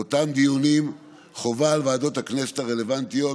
באותם דיונים, חובה על ועדות הכנסת הרלוונטיות